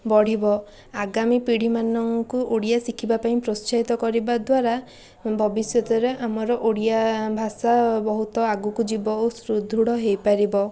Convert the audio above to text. ବଢ଼ିବ ଆଗାମୀ ପିଢ଼ିମାନଙ୍କୁ ଓଡ଼ିଆ ଶିଖିବାପାଇଁ ପ୍ରୋତ୍ସାହିତ କରିବା ଦ୍ୱାରା ଭବିଷ୍ୟତରେ ଆମର ଓଡ଼ିଆ ଭାଷା ବହୁତ ଆଗକୁ ଯିବ ଓ ସୁଦୃଢ଼ ହୋଇପାରିବ